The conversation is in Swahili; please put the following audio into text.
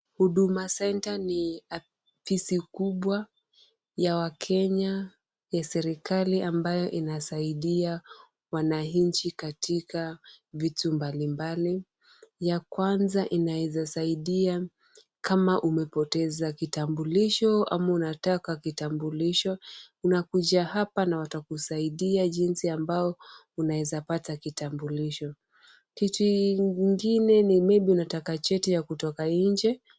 Huduma centre ni ofisi kubwa ya wakenya ya serikali ambayo inasaidia wananchi katika vitu mbalimbali. Ya kwanza inaezasaidia kama umepoteza kitambulisho ama unataka kitambulisho unakuja hapa na watakusaidia jinsi ambao unawezapata kitambulisho. Kitu ingine ni maybe unataka cheti ya kutoka nje.